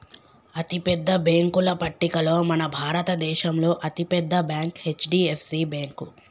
అతిపెద్ద బ్యేంకుల పట్టికలో మన భారతదేశంలో అతి పెద్ద బ్యాంక్ హెచ్.డి.ఎఫ్.సి బ్యేంకు